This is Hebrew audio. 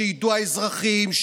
שידעו האזרחים,